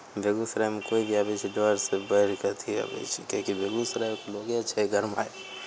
बेगूसरायमे कोइ भी अबै छै डरसँ बढ़ि कऽ अथी आबै छै बेगूसरायके लोगे छै गरमायल